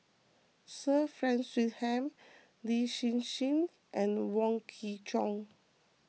Sir Frank Swettenham Lin Hsin Hsin and Wong Kwei Cheong